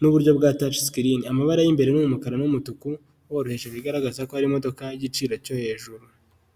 n'uburyo bwa tacisikirini, amabara y'imbere n'umukara n'umutuku woroheje bigaragaza ko ari imodoka y'igiciro cyo hejuru.